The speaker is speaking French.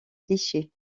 clichés